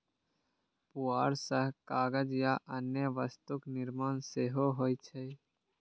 पुआर सं कागज आ अन्य वस्तुक निर्माण सेहो होइ छै